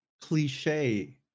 cliche